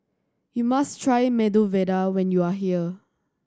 you must try Medu Vada when you are here